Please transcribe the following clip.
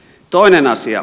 toinen asia